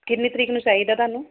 ਕਿੰਨੀ ਤਰੀਕ ਨੂੰ ਚਾਹੀਦਾ ਤੁਹਾਨੂੰ